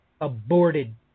aborted